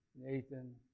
Nathan